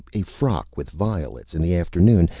a frock, with violets, in the afternoon,